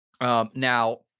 Now